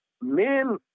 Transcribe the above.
men –